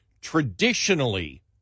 traditionally